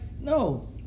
No